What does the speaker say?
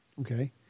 Okay